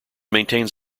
maintains